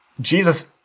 Jesus